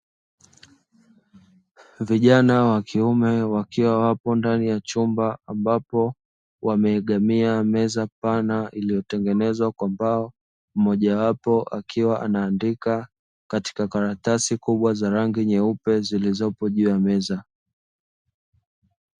Vijana wa kiume wakiwa wapo ndani ya chumba, ambapo wameegemea meza pana iliyotengenezwa kwa mbao, mmoja wapo akiwa anaandika katika karatasi kubwa nyeupe zilizopo juu ya meza.